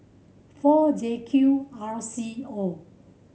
four J Q R C O